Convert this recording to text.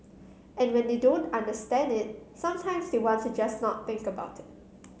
and when they don't understand it sometimes they want to just not think about it